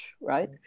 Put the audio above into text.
right